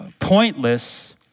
pointless